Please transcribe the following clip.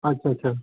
ਅੱਛਾ ਅੱਛਾ